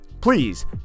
Please